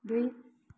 दुई